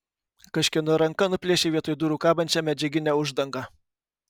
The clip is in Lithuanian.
kažkieno ranka nuplėšė vietoj durų kabančią medžiaginę uždangą